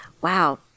wow